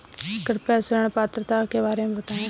कृपया ऋण पात्रता के बारे में बताएँ?